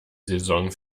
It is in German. saison